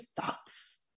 thoughts